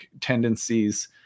tendencies